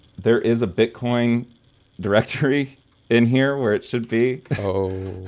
there is a bitcoin directory in here where it should be. oh.